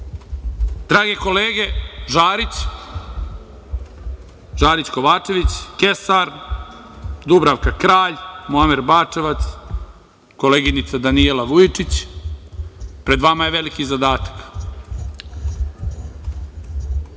kolege Žarić Kovačević, Kesar, Dubravka Kralj, Muamer Bačevac, koleginica Danijela Vujičić, pred vama je veliki zadatak,